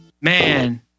man